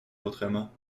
autrement